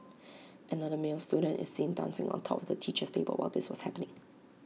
another male student is seen dancing on top of the teacher's table while this was happening